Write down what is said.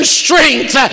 strength